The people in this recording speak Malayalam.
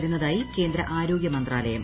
വരുന്നതായി കേന്ദ്ര ആരോഗൃ മന്ത്രാലയം